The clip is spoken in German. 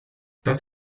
das